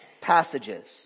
passages